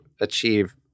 achieve